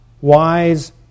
wise